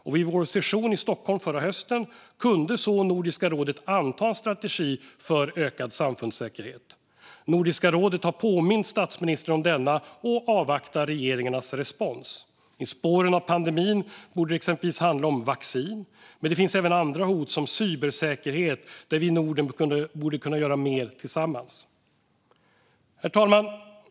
Och vid vår session i Stockholm förra hösten kunde så Nordiska rådet anta en strategi för ökad samfundssäkerhet. Nordiska rådet har påmint statsministrarna om denna och avvaktar regeringarnas respons. I spåren av pandemin borde det exempelvis handla om vaccin. Men det finns även andra hot, som cybersäkerhet, där vi i Norden borde kunna göra mer tillsammans. Herr talman!